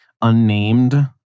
unnamed